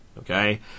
Okay